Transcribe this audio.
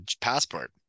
passport